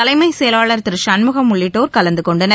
தலைமை செயலாளர் திரு சண்முகம் உள்ளிட்டோர் கலந்து கொண்டனர்